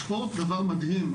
ספורט זה דבר מדהים,